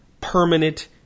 permanent